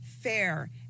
fair